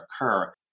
occur